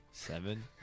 Seven